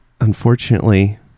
Unfortunately